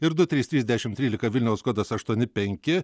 ir su trys trys dešimt trylika vilniaus kodas aštuoni penki